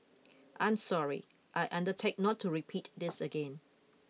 I'm sorry I undertake not to repeat this again